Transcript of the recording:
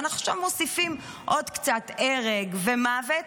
ואנחנו עכשיו מוסיפים עוד קצת הרג ומוות,